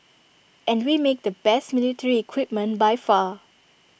and we make the best military equipment by far